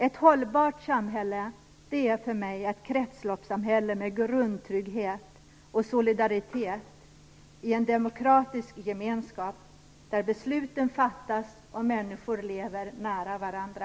Ett hållbart samhälle är för mig ett kretsloppssamhälle med grundtrygghet och solidaritet i en demokratisk gemenskap där besluten fattas nära människorna och där människor lever nära varandra.